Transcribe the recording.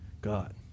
God